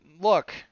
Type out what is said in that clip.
look